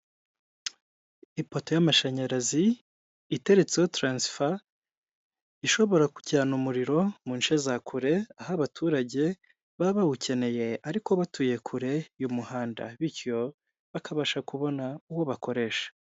Umuhanda urimo imodoka zitari nyinshi iy'umutuku inyuma, imbere hari izindi n'amamoto hepfo tukabona urukamyo runini cyane bisa nk'aho ari rwarundi ruterura izindi, mu muhanda tukabonamo icyapa kiriho umweru tukabonamo amapoto rwose y'amatara amurikira umuhanda.